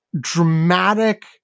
dramatic